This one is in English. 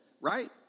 right